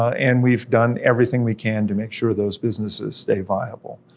and we've done everything we can to make sure those businesses stay viable.